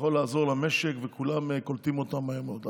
שיכול לעזור למשק, וקולטים אותם מהר מאוד.